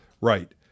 Right